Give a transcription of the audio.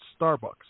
Starbucks